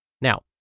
Now